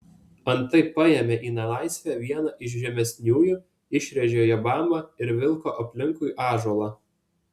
antai paėmė į nelaisvę vieną iš žymesniųjų išrėžė jo bambą ir vilko aplinkui ąžuolą